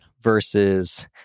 versus